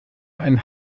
einen